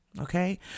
okay